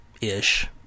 ish